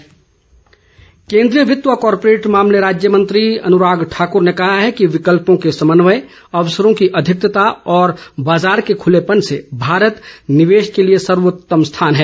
अनुराग केंद्रीय वित्त व कारपोरेट मामले राज्य मंत्री अनुराग ठाकुर ने कहा है कि विकल्पों के समन्वय अवसरों की अधिकता और बाजार के खुलेपन से भारत निवेश के लिए सर्वोत्तम स्थान है